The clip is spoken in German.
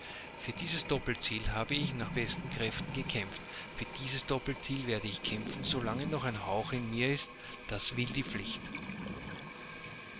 für dieses doppelziel habe ich nach besten kräften gekämpft für dieses doppelziel werde ich kämpfen solange noch ein hauch in mir ist das will die